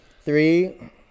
three